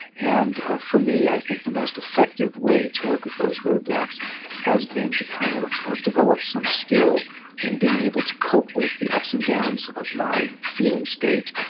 and ah for me, i think the most effective way to work with those roadblocks has been to kind of develop some skill in being able to cope with the ups and downs of my feeling state,